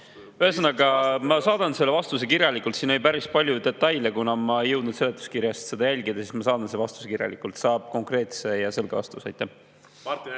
Ühesõnaga ma saadan selle vastuse kirjalikult. Siin oli päris palju detaile. Kuna ma ei jõudnud seletuskirjast seda jälgida, siis ma saadan vastuse kirjalikult. Saab konkreetse ja selge vastuse. Martin